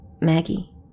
Maggie